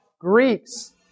Greeks